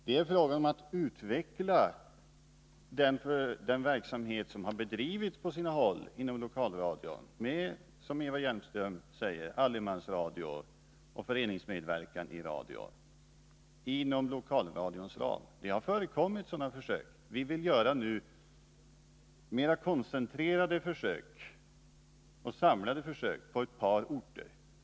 Det är fråga om att utveckla den verksamhet som på sina håll har bedrivits inom lokalradions ram, bl.a. allemansradio och föreningsmedverkan i radion. Det har förekommit sådana försök, och vi vill nu göra mer koncentrerade och samlade försök på ett par orter.